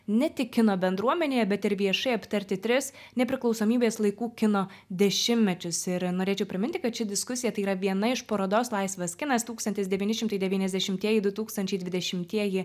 ne tik kino bendruomenėje bet ir viešai aptarti tris nepriklausomybės laikų kino dešimtmečius ir norėčiau priminti kad ši diskusija tai yra viena iš parodos laisvas kinas tūkstantis devyni šimtai devyniasdešimtieji du tūkstančiai dvidešimtieji